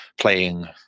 playing